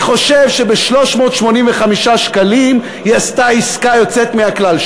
אני חושב שב-385 שקלים היא עשתה עסקה יוצאת מהכלל.